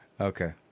okay